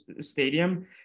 Stadium